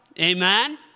Amen